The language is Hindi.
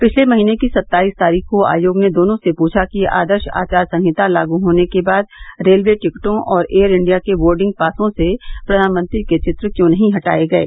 पिछले महीने की सत्ताईस तारीख को आयोग ने दोनों से पृछा कि आदर्श आचार संहिता लागू होने के बाद रेलवे टिकटों और एयर इंडिया के बोर्डिंग पासों से प्रधानमंत्री के चित्र क्यों नहीं हटाये गये